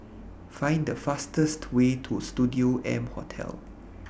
Find The fastest Way to Studio M Hotel